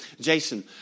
Jason